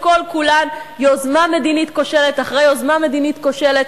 שכל-כולן יוזמה מדינית כושלת אחרי יוזמה מדינית כושלת,